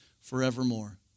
forevermore